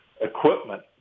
equipment